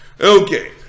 Okay